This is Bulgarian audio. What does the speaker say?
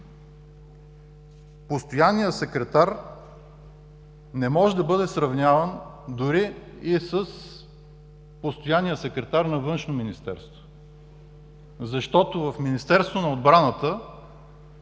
постоянният секретар не може да бъде сравняван дори и с постоянния секретар на Външно министерство, защото в Министерството на отбраната